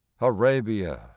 Arabia